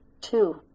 Two